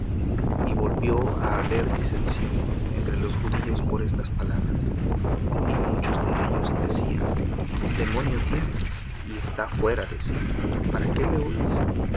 y volvió á haber disensión entre los judíos por estas palabras y muchos de ellos decían demonio tiene y está fuera de sí para qué le